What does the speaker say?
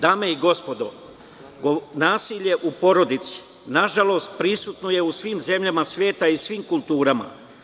Dame i gospodo, nasilje u porodici, nažalost, prisutno je u svim zemljama sveta i svim kulturama.